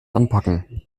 anpacken